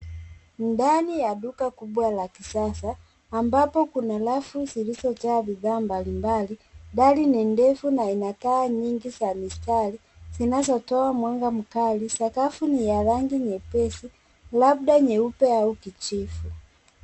Ndani ya duka kubwa la kisasa ambapo kuna rafu zilizojaa bidhaa mbalimbali . Dari ni ndefu na ina taa nyingi za mistari zinazotoa mwanga mkali . Sakafu ni rangi nyepesi labda nyeupe au kijivu.